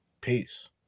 Peace